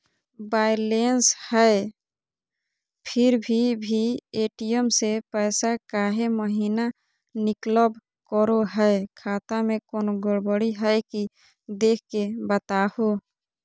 Balance है फिर भी भी ए.टी.एम से पैसा काहे महिना निकलब करो है, खाता में कोनो गड़बड़ी है की देख के बताहों?